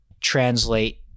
translate